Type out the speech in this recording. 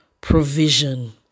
provision